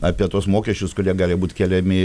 apie tuos mokesčius kurie gali būt keliami